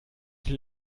die